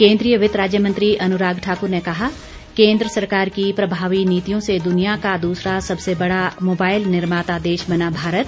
केन्द्रीय वित्त राज्य मंत्री अनुराग ठाकुर ने कहा केन्द्र सरकार की प्रभावी नीतियों से दुनिया का दूसरा सबसे बड़ा मोबाइल निर्माता देश बना भारत